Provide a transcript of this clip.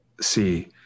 see